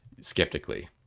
Skeptically